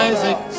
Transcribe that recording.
Isaac